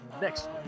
next